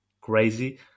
crazy